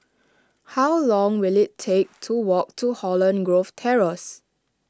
how long will it take to walk to Holland Grove Terrace